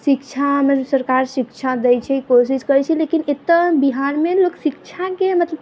शिक्षा हमरा सबके शिक्षा सरकार दै छै कोशिश करै छै लेकिन एतऽ बिहारमे लोक शिक्षाके मतलब